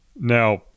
Now